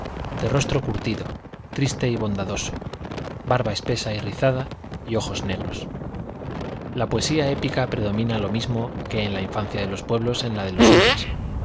de rostro curtido triste y bondadoso barba espesa y rizada y ojos negros la poesía épica predomina lo mismo que en la infancia de los pueblos en la de los hombres